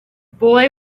boy